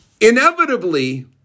inevitably